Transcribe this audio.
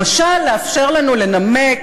למשל לאפשר לנו לנמק